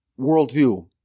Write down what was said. worldview